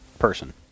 person